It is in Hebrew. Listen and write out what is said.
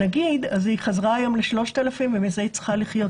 היום היא חזרה ל-3,000 ומזה היא צריכה לחיות.